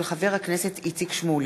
מאת חברי הכנסת דב חנין,